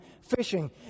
fishing